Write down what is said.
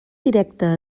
directa